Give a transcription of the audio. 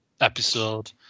episode